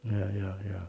ya ya ya